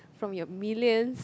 from your millions